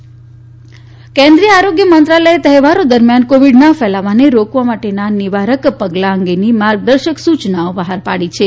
આરોગ્ય મંત્રાલય કેન્દ્રીય આરોગ્ય મંત્રાલયે તહેવારો દરમ્યાન કોવિડના ફેલાવાને રોકવા માટેના નિવારક પગલાં અંગેની માર્ગદર્શક સૂચનાઓ બહાર પાડી છે